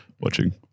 watching